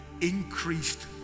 increased